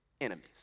enemies